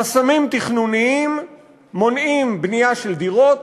חסמים תכנוניים מונעים בנייה של דירות.